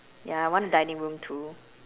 ya I want a dining room too